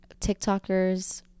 TikTokers